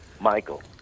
Michael